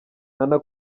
nana